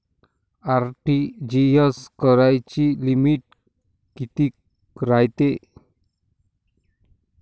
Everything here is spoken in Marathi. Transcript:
आर.टी.जी.एस कराची लिमिट कितीक रायते?